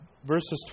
Verses